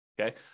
okay